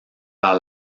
vers